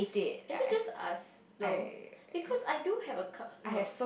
is it just us though because I do have a no